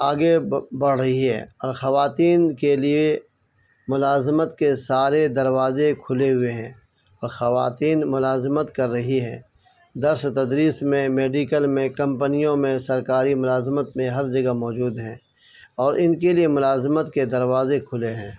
آگے بڑھ رہی ہے اور خواتین کے لیے ملازمت کے سارے دروازے کھلے ہوئے ہیں اور خواتین ملازمت کر رہی ہے درس و تدریس میں میڈیکل میں کمپنیوں میں سرکاری ملازمت میں ہر جگہ موجود ہیں اور ان کے لیے ملازمت کے دروازے کھلے ہیں